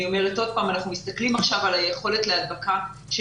אני אומרת שוב שאנחנו מסתכלים עכשיו על היכולת להדבקה של